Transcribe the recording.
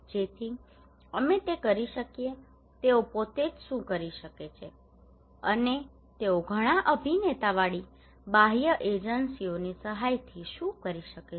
જેથી અમે તે કરી શકીએ કે તેઓ પોતે જ શું કરી શકે છે અને તેઓ ઘણાં અભિનેતાવાળી બાહ્ય એજન્સીઓની સહાયથી શું કરી શકે છે